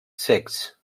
cecs